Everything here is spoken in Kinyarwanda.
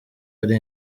ari